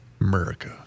America